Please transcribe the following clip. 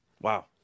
wow